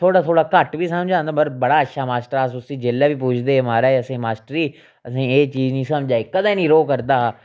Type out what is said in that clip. थोह्ड़ा थोह्ड़ा घट्ट बी समझ आंदा हा पर बड़ा अच्छा मास्टर हा अस उसी जेल्लै बी पुच्छदे हे महाराज मास्टर जी असें गी एह् चीज़ निं समझ आई कदें नी रोह् करदा हा